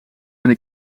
vind